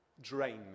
drain